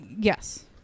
Yes